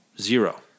Zero